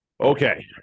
Okay